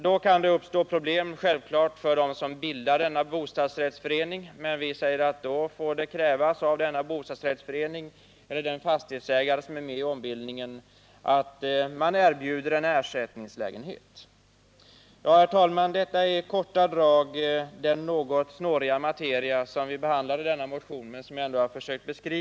Det kan självfallet medföra problem för dem som bildar en bostadsrättsförening. Men vi säger att det då får krävas av denna bostadsrättsförening eller den fastighetsägare som är med om ombildningen att man erbjuder en ersättningslägenhet. Herr talman! Detta är i korta drag den något snåriga materia som vi berör i motionen.